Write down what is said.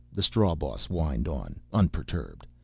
the strawboss whined on, unperturbed.